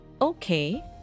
Okay